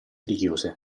richiuse